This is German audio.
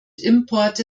importe